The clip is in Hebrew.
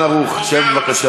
הצעתי לשר בנט,